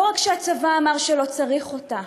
לא רק שהצבא אמר שלא צריך אותה,